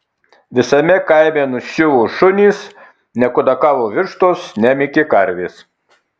visame kaime nuščiuvo šunys nekudakavo vištos nemykė karvės